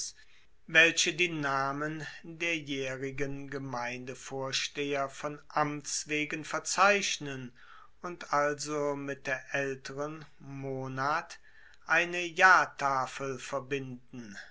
welche die namen der jaehrigen gemeindevorsteher von amts wegen verzeichnen und also mit der aelteren monat eine jahrtafel verbinden